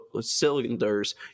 cylinders